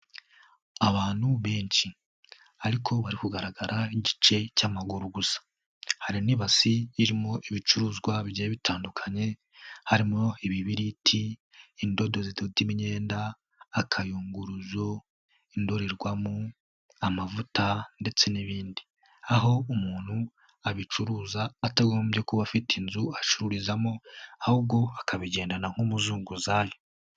Abantu benshi ariko bari kugaragara nk'igice cy'amaguru gusa, hari n'ibasi irimo ibicuruzwa bigiye bitandukanye harimo: ibibiriti, indodo zidota imyenda, akayunguruzo, indorerwamo, amavuta ndetse n'ibindi, aho umuntu abicuruza atagombye kuba afite inzu acururizamo ahubwo akabigendana nk'umuzunguzayi.